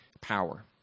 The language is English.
power